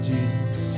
Jesus